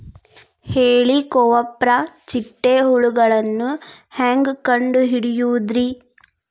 ಹೇಳಿಕೋವಪ್ರ ಚಿಟ್ಟೆ ಹುಳುಗಳನ್ನು ಹೆಂಗ್ ಕಂಡು ಹಿಡಿಯುದುರಿ?